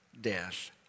death